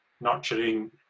nurturing